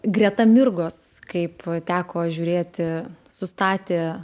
greta mirgos kaip teko žiūrėti sustatė